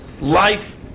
life